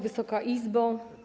Wysoka Izbo!